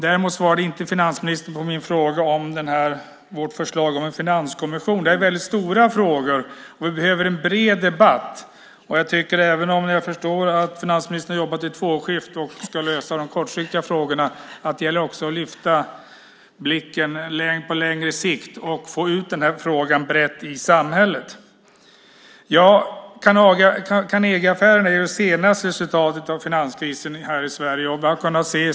Däremot svarade inte finansministern på min fråga om vårt förslag om en finanskommission. Det är väldigt stora frågor. Vi behöver en bred debatt. Även om jag förstår att finansministern har jobbat i tvåskift för att lösa de kortsiktiga frågorna gäller det också att lyfta blicken på längre sikt och få ut den här frågan brett i samhället. Carnegieaffären är det senaste resultatet av finanskrisen här i Sverige.